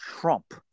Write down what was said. Trump